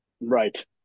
Right